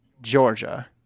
Georgia